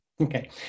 Okay